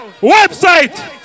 Website